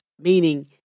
meaning